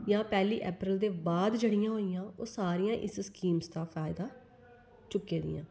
जां पैह्ली अप्रैल दे बाद जेह्ड़ियां होइयां ओह् सारियां इस स्कीम्स दा फायदा चुक्कै दियां